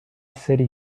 city